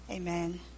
Amen